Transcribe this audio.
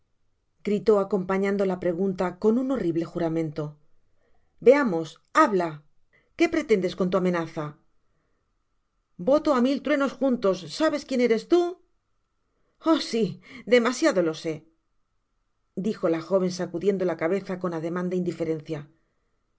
gritó acompañando la pregunta con un horrible juramento veamos habla qué pretendes con tu amenaza voto á mil truenos juntos sabes quien eres tu oh si demasiado lo sé dijo la joven sacudiendo la cabeza con ademan de indiferencia